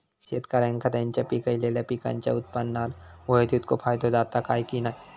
शेतकऱ्यांका त्यांचा पिकयलेल्या पीकांच्या उत्पन्नार होयो तितको फायदो जाता काय की नाय?